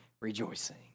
rejoicing